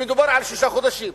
ומדובר על שישה חודשים.